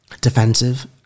defensive